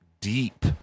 deep